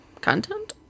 Content